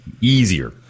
easier